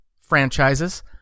franchises